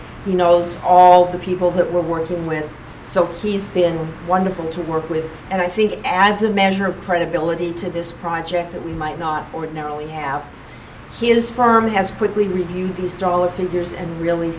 he knows all the people that we're working with so he's been wonderful to work with and i think adds a measure of credibility to this project that we might not ordinarily have his firm has quickly review these dollar figures and really